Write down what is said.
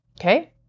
Okay